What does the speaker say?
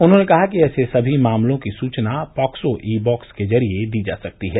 उन्होंने कहा कि ऐसे सभी मामलों की सुचना पॉक्सो ई बॉक्स के जरिए दी जा सकती है